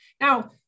Now